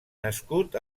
nascut